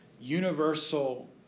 universal